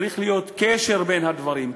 צריך להיות קשר בין הדברים,